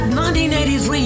1983